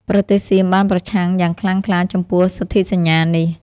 ប្រទេសសៀមបានប្រឆាំងយ៉ាងខ្លាំងក្លាចំពោះសន្ធិសញ្ញានេះ។